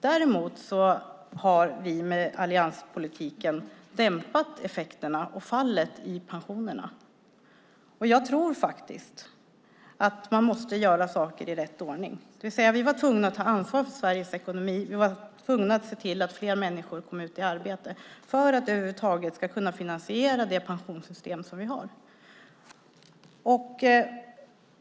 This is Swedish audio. Däremot har vi med allianspolitiken dämpat effekterna och fallet i pensionerna. Jag tror att man måste göra saker i rätt ordning. Vi var tvungna att ta ansvar för Sveriges ekonomi. Vi var tvungna att se till att fler människor kom ut i arbete för att över huvud taget kunna finansiera det pensionssystem som vi har.